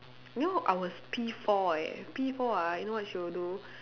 you know I was P four eh P four ah you know what she will do